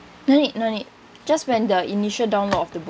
no need no need just when the initial download of the book